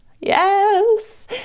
Yes